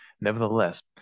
Nevertheless